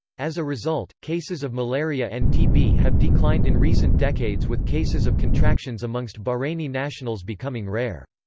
as a result, cases of malaria and tb have declined in recent decades with cases of contractions amongst bahraini nationals becoming rare.